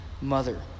mother